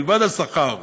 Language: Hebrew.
מלבד השכר,